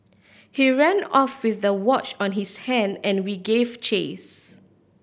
he ran off with the watch on his hand and we gave chase